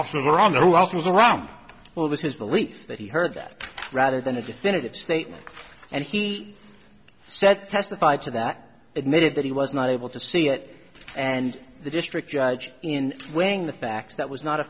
wrong who else was around it was his belief that he heard that rather than a definitive statement and he said testified to that admitted that he was not able to see it and the district judge in weighing the facts that was not a